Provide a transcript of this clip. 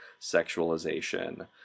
sexualization